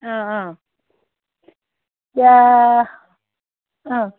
অঁ অঁ এতিয়া অঁ